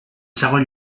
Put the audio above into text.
segon